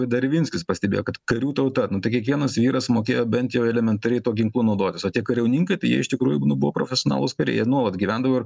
darvinskis pastebėjo kad karių tauta nu tai kiekvienas vyras mokėjo bent jau elementariai tuo ginklu naudotis o tie kariauninkai jie iš tikrųjų nu buvo profesionalūs kariai jie nuolat gyvendavo ir